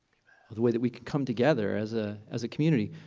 the way that we can come together as ah as a community.